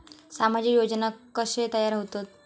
सामाजिक योजना कसे तयार होतत?